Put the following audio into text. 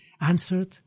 answered